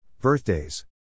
Birthdays